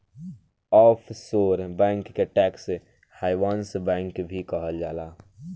offshore bank के tax havens bank भी कहल जाला